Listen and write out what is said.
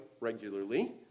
regularly